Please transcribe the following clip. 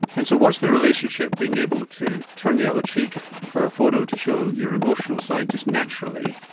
and so what is the relationship, being able to turn the other cheek for a photo to show your emotional side just naturally,